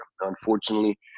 Unfortunately